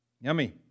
Yummy